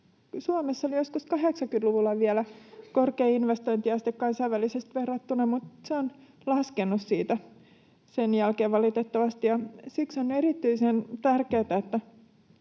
Suomessa oli joskus 80-luvulla vielä korkea investointiaste kansainvälisesti verrattuna, mutta se on laskenut siitä sen jälkeen valitettavasti. Siksi on erityisen tärkeätä,